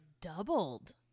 doubled